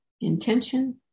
intention